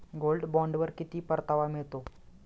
Gold बॉण्डवर किती परतावा मिळतो?